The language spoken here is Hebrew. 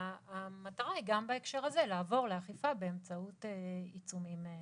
המטרה היא גם בהקשר הזה לעבור לאכיפה באמצעות עיצומים כספיים.